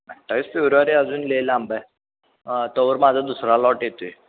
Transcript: अठ्ठावीस फेब्रुवारी अजून लय लांब आहे तवर माझा दुसरा लॉट येतो आहे